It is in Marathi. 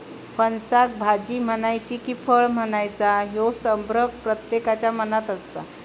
फणसाक भाजी म्हणायची कि फळ म्हणायचा ह्यो संभ्रम प्रत्येकाच्या मनात असता